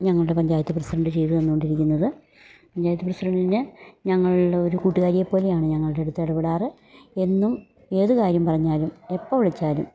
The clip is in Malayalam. ഞങ്ങളുടെ പഞ്ചായത്ത് പ്രസിഡൻ്റ് ചെയ്തുതന്നുകൊണ്ടിരിക്കുന്നത് പഞ്ചായത്ത് പ്രസിഡൻ്റ ഞങ്ങളുടെ ഒരു കൂട്ടുകാരിയെ പോലെയാണ് ഞങ്ങളുടെയടുത്ത് ഇടപെടാറ് എന്നും ഏത് കാര്യം പറഞ്ഞാലും എപ്പോള് വിളിച്ചാലും